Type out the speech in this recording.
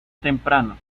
temprano